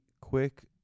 quick